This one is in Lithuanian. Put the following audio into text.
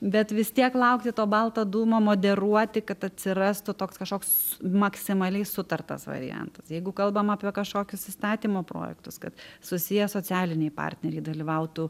bet vis tiek laukti to balto dūmo moderuoti kad atsirastų toks kažkoks maksimaliai sutartas variantas jeigu kalbam apie kažkokius įstatymo projektus kad susiję socialiniai partneriai dalyvautų